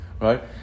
Right